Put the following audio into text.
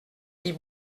dit